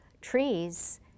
trees